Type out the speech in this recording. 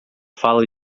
fala